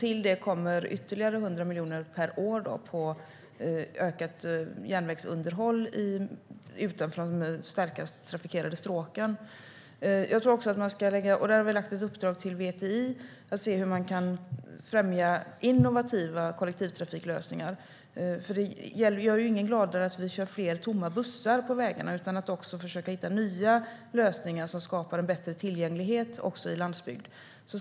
Till det kommer ytterligare 100 miljoner per år till ökat järnvägsunderhåll utanför de starkast trafikerade stråken. Där har vi ett uppdrag till VTI för att se hur man kan främja innovativa kollektivtrafiklösningar. Det gör ju ingen gladare att vi kör fler tomma bussar på vägarna, utan det gäller att försöka hitta nya lösningar som skapar bättre tillgänglighet på landsbygden.